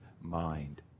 mind